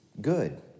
good